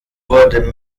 wurde